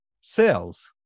sales